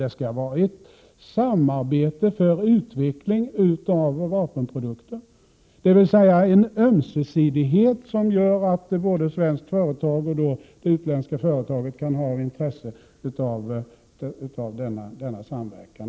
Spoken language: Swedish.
Det skall vara ett samarbete för utveckling av vapenprodukter. Det skall alltså vara en ömsesidighet, som gör att både det svenska företaget och det utländska företaget har intresse av denna samverkan.